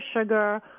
sugar